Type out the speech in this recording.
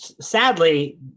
sadly